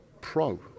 pro